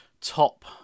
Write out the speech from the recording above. Top